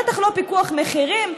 בטח לא פיקוח מחירים,